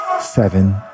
seven